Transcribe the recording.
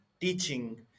teaching